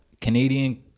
Canadian